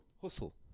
Hustle